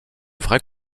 vrai